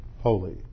holy